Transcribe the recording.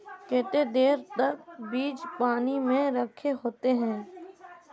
केते देर तक बीज पानी में रखे होते हैं?